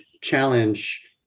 challenge